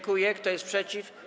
Kto jest przeciw?